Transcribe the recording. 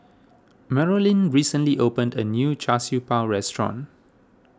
Marolyn recently opened a new Char Siew Bao restaurant